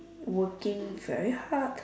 working very hard